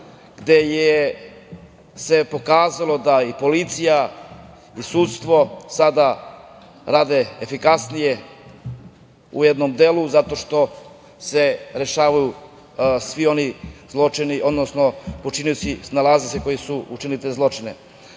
gde se i pokazalo da i policija i sudstvo sada rade efikasnije u jednom delu, zato što se rešavaju svi oni zločini, odnosno pronalaze se učinioci zločina. Mi